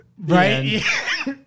right